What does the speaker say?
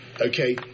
okay